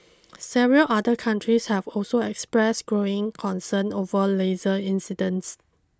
several other countries have also expressed growing concern over laser incidents